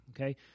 okay